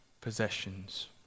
possessions